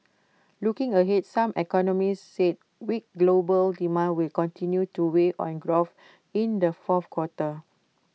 looking ahead some economists said weak global demand will continue to weigh on growth in the fourth quarter